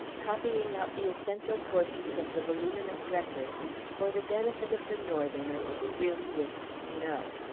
copying out the essential portions of the voluminous record for the benefit of the northerner who really wished to know.